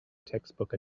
textbook